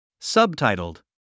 Subtitled